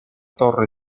torre